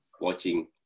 watching